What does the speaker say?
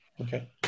okay